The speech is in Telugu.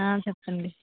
చెప్తాను అండి